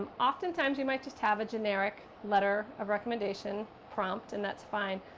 oftentimes, you might just have a generic letter of recommendation prompt. and that's fine.